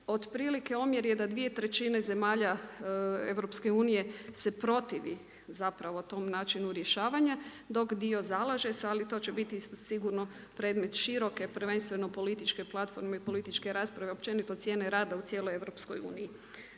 Otprilike omjer je da dvije trećine zemalja EU se protivi zapravo tom načinu rješavanja, dok dio zalaže se ali to će biti sigurno predmet široke, prvenstveno političke platforme i političke rasprave, općenito cijene rada u cijeloj EU.